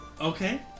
Okay